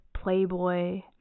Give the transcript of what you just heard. Playboy